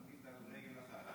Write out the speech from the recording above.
תמיד על רגל אחת.